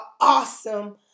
awesome